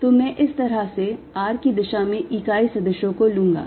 तो मैं इस तरह से r की दिशा में इकाई सदिशो को लूंगा